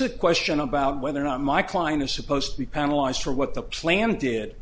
a question about whether or not my client is supposed to be penalized for what the plan did